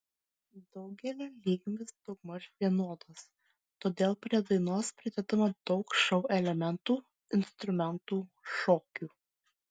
daugelio lygis daugmaž vienodas todėl prie dainos pridedama daug šou elementų instrumentų šokių